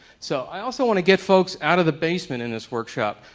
so i also want to get folks out of the basement in this workshop.